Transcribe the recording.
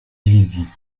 wizji